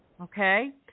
okay